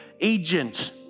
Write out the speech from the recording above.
agent